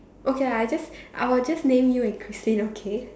okay I just I will just name you and Christine okay